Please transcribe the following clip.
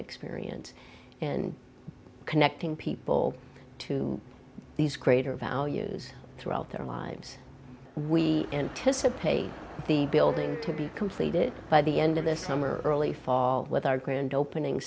experience and connecting people to these greater values throughout their lives we anticipate the building to be completed by the end of this summer early fall with our grand opening